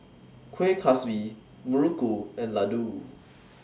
Kuih Kaswi Muruku and Laddu